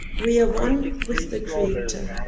we are one with the creator,